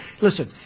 Listen